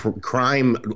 Crime